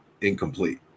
incomplete